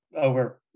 over